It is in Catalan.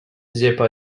gepa